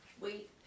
wait